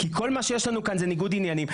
כי כל מה שיש לנו כאן זה ניגוד עניינים.